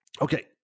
Okay